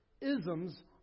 isms